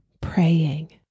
praying